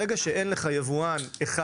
ברגע שאין לך יבואן אחד